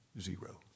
Zero